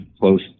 close